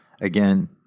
again